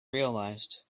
realized